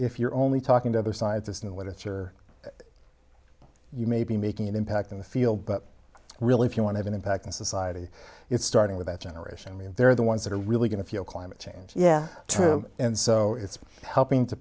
if you're only talking to other scientists know what you're you may be making an impact in the field but really if you want have an impact on society it's starting with that generation me and they're the ones that are really going to feel climate change yeah true and so it's helping to